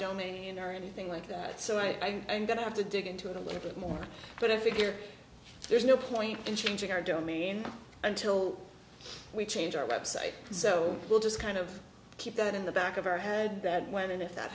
domain or anything like that so i think i'm going to have to dig into it a little bit more but i figure there's no point in changing i don't mean until we change our website so we'll just kind of keep that in the back of our head that when and if that